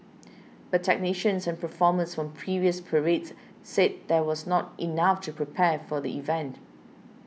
but technicians and performers from previous parades said that was not enough to prepare for the event